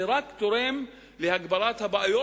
זה רק תורם להגברת הבעיות.